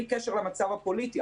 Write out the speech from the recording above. בלי קשר למצב הפוליטי.